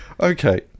Okay